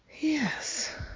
Yes